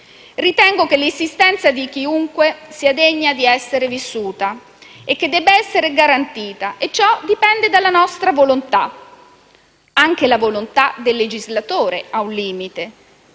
Ritengo che l'esistenza di chiunque sia degna di essere vissuta e che debba essere garantita. Ciò dipende dalla nostra volontà. Anche la volontà del legislatore ha un limite;